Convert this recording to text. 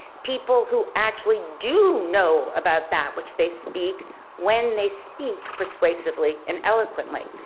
people who actually do know about that which they speak when they speak persuasively and eloquently.